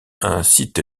incite